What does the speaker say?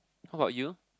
how about you